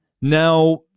Now